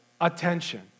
attention